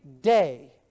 day